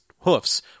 Hoofs